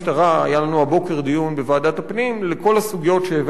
היה לנו הבוקר דיון בוועדת הפנים על כל הסוגיות שהבאנו בפניו,